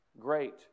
great